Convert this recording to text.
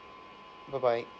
bye bye